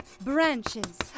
Branches